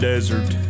desert